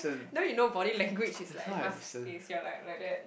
no you know body language is like must face here like like that